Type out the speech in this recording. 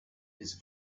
his